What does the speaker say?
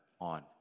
on